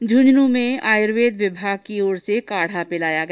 झुन्झुन् में आयुर्वेद विभाग की ओर से काढ़ा पिलाया गया